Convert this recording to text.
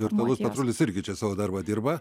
virtualus patrulis irgi čia savo darbą dirba